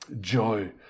joy